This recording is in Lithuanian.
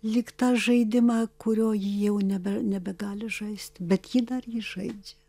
lyg tą žaidimą kurio ji jau nebe nebegali žaisti bet ji dar jį žaidžia